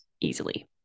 easily